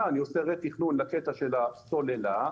אני עושה רה-תכנון לקטע של הסוללה,